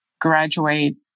graduate